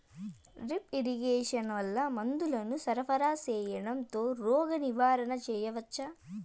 Drip irrigation వల్ల మందులను సరఫరా సేయడం తో రోగ నివారణ చేయవచ్చా?